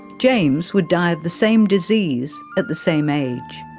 james would die of the same disease at the same age.